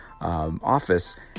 Office